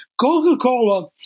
Coca-Cola